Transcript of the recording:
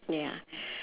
ya